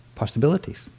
possibilities